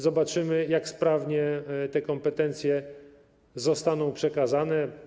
Zobaczymy, jak sprawnie te kompetencje zostaną przekazane.